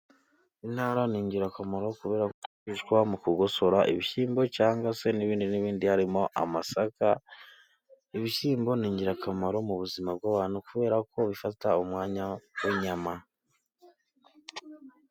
Intara ni ingirakamaro, kubera ko ikoreshwa mu kugosora ibishyimbo cyangwa se n'ibindi n'ibindi harimo amasaka. Ibishyimbo ni ingirakamaro mu buzima bw'abantu, kubera ko bifata umwanya w'inyama.